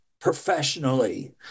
professionally